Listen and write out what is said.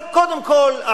אז קודם כול,